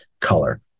color